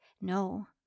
No